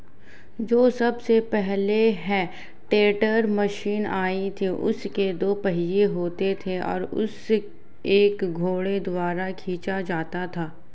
जो सबसे पहले हे टेडर मशीन आई थी उसके दो पहिये होते थे और उसे एक घोड़े द्वारा खीचा जाता था